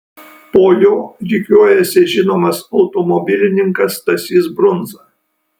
po jo rikiuojasi žinomas automobilininkas stasys brundza